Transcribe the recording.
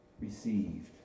received